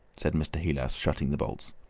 said mr. heelas, shutting the bolts.